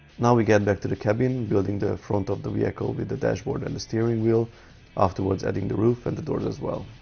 now we get back to the cabin building the front of the vehicle with the dashboard and the steering wheel afterwards adding the roof and the doors as well